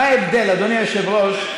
מה ההבדל, אדוני היושב-ראש,